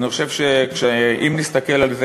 אני חושב שאם נסתכל על זה,